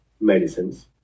medicines